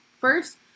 first